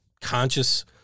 conscious